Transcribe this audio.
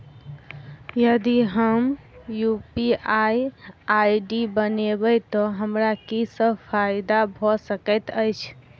यदि हम UPI ID बनाबै तऽ हमरा की सब फायदा भऽ सकैत अछि?